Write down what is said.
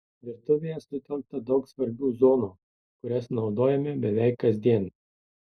virtuvėje sutelkta daug svarbių zonų kurias naudojame beveik kasdien